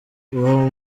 uwo